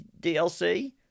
DLC